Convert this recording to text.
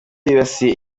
yibasiye